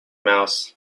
mouse